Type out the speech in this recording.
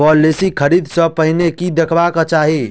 Policy खरीदै सँ पहिने की देखबाक चाहि?